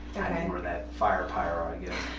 had more of that firepower, i guess.